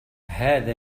هذا